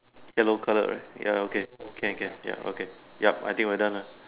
yellow color right ya okay okay ya okay yup I think we are done ah